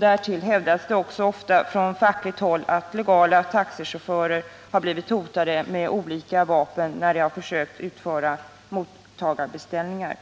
Därtill hävdas det från fackligt håll att legala taxichaufförer har blivit hotade med olika vapen när de har försökt att utföra mottagarbeställningar.